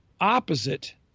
opposite